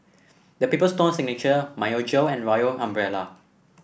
The Paper Stone Signature Myojo and Royal Umbrella